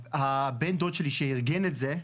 בן הדוד שלי שארגן את זה,